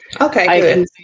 okay